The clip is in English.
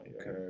Okay